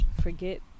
forget